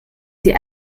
sie